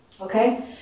Okay